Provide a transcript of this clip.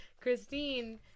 Christine